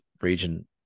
Region